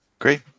Great